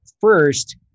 first